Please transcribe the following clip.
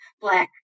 black